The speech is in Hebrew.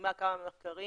בטעימה כמה מהמחקרים.